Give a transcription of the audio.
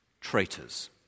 traitors